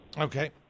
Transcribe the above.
Okay